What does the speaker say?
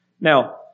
Now